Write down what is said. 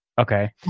Okay